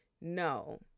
No